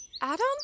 Adam